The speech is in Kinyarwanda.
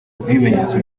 n’ibimenyetso